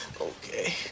Okay